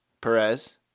Perez